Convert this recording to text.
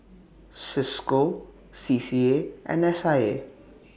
CISCO C C A and S I A